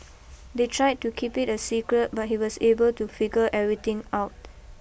they tried to keep it a secret but he was able to figure everything out